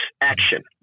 action